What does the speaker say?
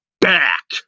back